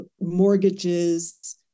mortgages